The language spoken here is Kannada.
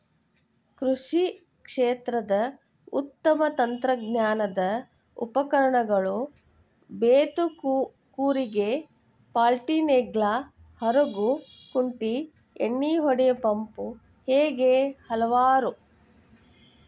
ಕೃಷಿ ಕ್ಷೇತ್ರದ ಉತ್ತಮ ತಂತ್ರಜ್ಞಾನದ ಉಪಕರಣಗಳು ಬೇತ್ತು ಕೂರಿಗೆ ಪಾಲ್ಟಿನೇಗ್ಲಾ ಹರಗು ಕುಂಟಿ ಎಣ್ಣಿಹೊಡಿ ಪಂಪು ಹೇಗೆ ಹಲವಾರು